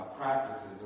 practices